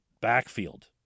backfield